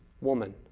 woman